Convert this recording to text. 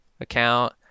account